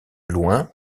loing